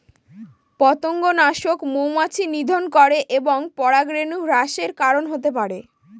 পতঙ্গনাশক মৌমাছি নিধন করে এবং পরাগরেণু হ্রাসের কারন হতে পারে